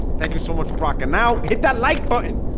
thank you so much for rockin now hit that like button